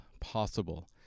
possible